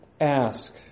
ask